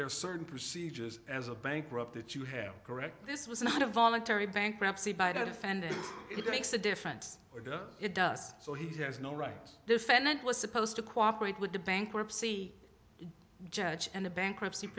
there are certain procedures as a bankrupt that you have correct this was not a voluntary bankruptcy by the defendant it makes a difference it does so he has no right defendant was supposed to cooperate with the bankruptcy judge in a bankruptcy